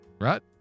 right